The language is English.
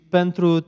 pentru